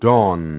Dawn